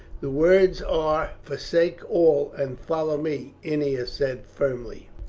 the words are forsake all, and follow me ennia said firmly.